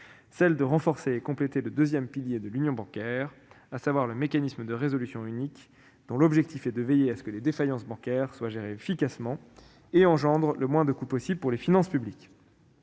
celle de renforcer et de compléter le deuxième pilier de l'Union bancaire, à savoir le mécanisme de résolution unique (MRU), dont l'objectif est de veiller à ce que les défaillances bancaires soient gérées efficacement et soient le moins coûteuses possible pour les finances publiques.